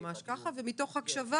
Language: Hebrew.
מתוך הקשבה